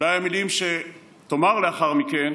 אולי המילים שתאמר לאחר מכן